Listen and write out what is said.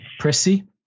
Pressy